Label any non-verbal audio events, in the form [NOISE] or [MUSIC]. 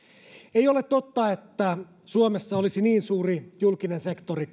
ei ole totta että suomessa olisi niin suuri julkinen sektori [UNINTELLIGIBLE]